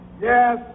yes